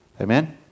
Amen